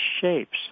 shapes